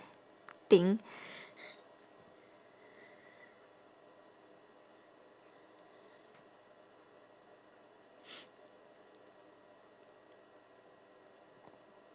~ting